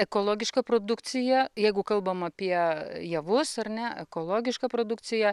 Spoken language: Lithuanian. ekologiška produkcija jeigu kalbam apie javus ar ne ekologiška produkcija